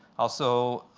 also,